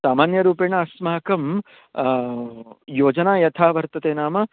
सामान्यरूपेण अस्माकं योजना यथा वर्तते नाम